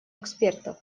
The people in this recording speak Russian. экспертов